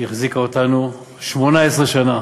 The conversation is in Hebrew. שהחזיקה אותנו 18 שנה